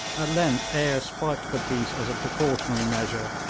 at length eyre spiked the piece as a precautionary measure,